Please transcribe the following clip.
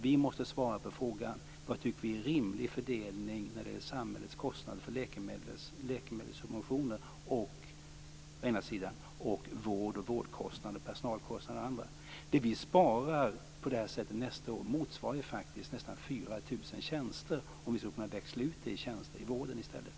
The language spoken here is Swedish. Vi måste svara på frågan vad vi tycker är en rimlig fördelning när det gäller samhällets kostnader för läkemedelssubventioner å ena sidan och vårdkostnader och personalkostnader å den andra. Det vi på det här sättet sparar nästa år motsvarar ju faktiskt nästan 4 000 tjänster om vi skulle kunna växla ut det till tjänster i vården i stället.